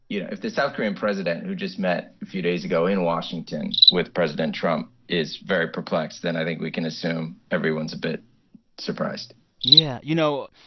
you know, if the south korean president, who just few days ago in washington with president trump, is very perplexed, then i think we can assume everyone's a bit surprised yeah. you know,